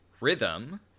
rhythm